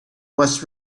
was